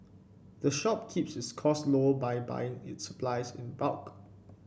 the shop keeps its costs low by buying its supplies in bulk